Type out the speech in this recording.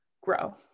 grow